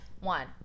One